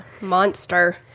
monster